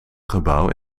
gebouw